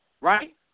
right